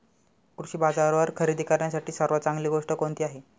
कृषी बाजारावर खरेदी करण्यासाठी सर्वात चांगली गोष्ट कोणती आहे?